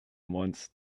once